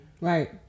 Right